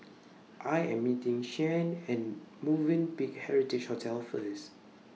I Am meeting Shianne At Movenpick Heritage Hotel First